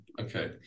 Okay